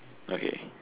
okay